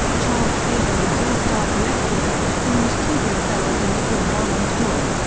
charles hazlewood's all star collective have performed tubular bells in full while on tour.